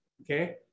Okay